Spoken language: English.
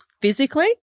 physically